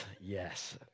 yes